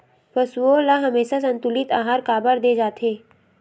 पशुओं ल हमेशा संतुलित आहार काबर दे जाथे?